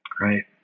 right